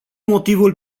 motivul